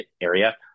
area